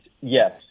yes